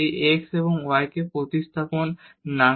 এই x এবং y কে প্রতিস্থাপন করব না